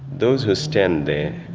those who stand there,